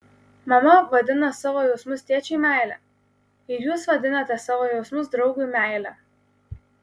mama vadina savo jausmus tėčiui meile ir jūs vadinate savo jausmus draugui meile